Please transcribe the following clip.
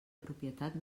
propietat